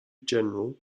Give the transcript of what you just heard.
general